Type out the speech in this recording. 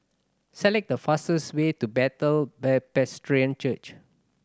select the fastest way to Bethel Presbyterian Church